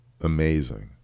amazing